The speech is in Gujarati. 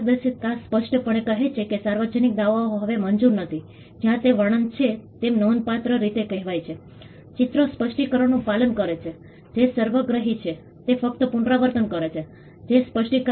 પ્રોજેક્ટમાં સ્પષ્ટ અને ઉદ્દેશો હોવા જોઈએ નિર્ણયોને પ્રભાવિત કરવાની ઉદ્દેશ્ય શક્તિ સમુદાય સાથે સતત સંબંધ હોવો જોઈએ